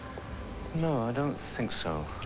no i don't think so.